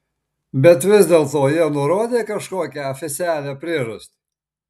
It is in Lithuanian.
bet vis dėlto jie nurodė kažkokią oficialią priežastį